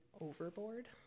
overboard